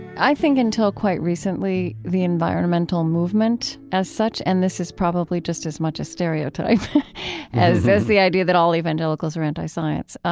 i think until quite recently the environmental movement as such and this is probably just as much a stereotype as as the idea that all evangelicals are anti-science.